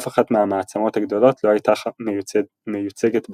אף אחת מהמעצמות הגדולות לא הייתה מיוצגת בוועדה.